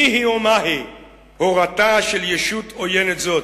מי היא ומה היא הורתה של ישות עוינת זאת?